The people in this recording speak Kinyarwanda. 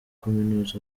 kuminuza